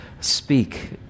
speak